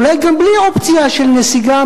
אולי גם בלי אופציה של נסיגה,